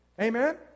Amen